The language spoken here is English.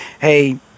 hey